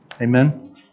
Amen